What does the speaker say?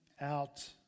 out